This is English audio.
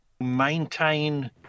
maintain